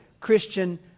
Christian